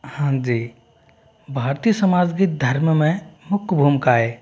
हाँजी भारतीय समाज के धर्म में मुख्य भूमिका है